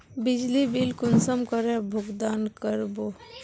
बिजली बिल कुंसम करे भुगतान कर बो?